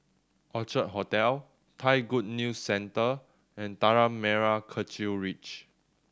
Orchard Hotel Thai Good News Centre and Tanah Merah Kechil Ridge